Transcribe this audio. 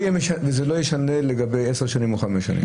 וזה לא ישנה לגבי עשר שנים או חמש שנים?